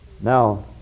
Now